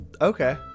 Okay